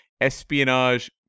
espionage